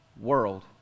world